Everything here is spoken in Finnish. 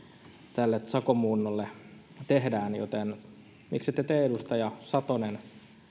tälle sakon muunnolle tehdään joten miksette te edustaja satonen